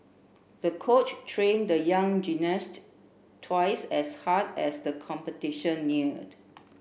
the coach trained the young gymnast twice as hard as the competition neared